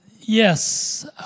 Yes